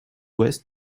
ouest